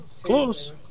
Close